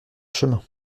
chemin